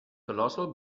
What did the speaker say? colossal